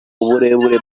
uburebure